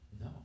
No